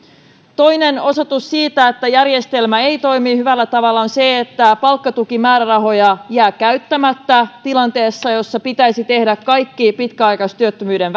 toinen osoitus siitä että järjestelmä ei toimi hyvällä tavalla on se että palkkatukimäärärahoja jää käyttämättä tilanteessa jossa pitäisi tehdä kaikki pitkäaikaistyöttömyyden